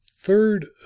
Third